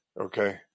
Okay